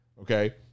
okay